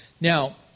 Now